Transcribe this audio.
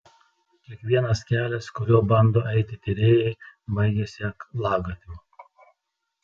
kiekvienas kelias kuriuo bando eiti tyrėjai baigiasi aklagatviu